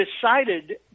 decided